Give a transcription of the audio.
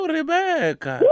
Rebecca